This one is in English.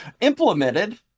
implemented